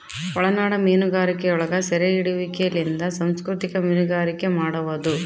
ಒಳನಾಡ ಮೀನುಗಾರಿಕೆಯೊಳಗ ಸೆರೆಹಿಡಿಯುವಿಕೆಲಿಂದ ಸಂಸ್ಕೃತಿಕ ಮೀನುಗಾರಿಕೆ ಮಾಡುವದು